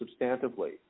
substantively